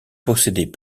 possédait